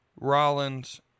Rollins